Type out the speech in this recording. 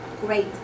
great